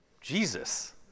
Jesus